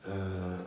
err